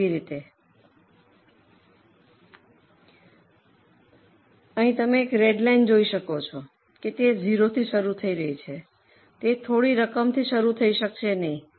તેથી તમે અહીં રેડ લાઇન જોઈ શકો છો કે તે 0 થી શરૂ થઈ રહી છે તે થોડી રકમથી શરૂ થઈ શકશે નહીં